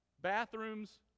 bathrooms